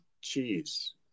cheese